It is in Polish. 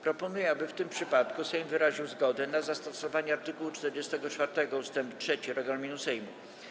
Proponuję, aby w tym przypadku Sejm wyraził zgodę na zastosowanie art. 44 ust. 3 regulaminu Sejmu.